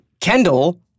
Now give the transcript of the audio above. Kendall